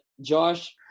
Josh